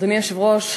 אדוני היושב-ראש,